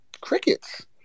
crickets